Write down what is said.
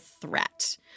threat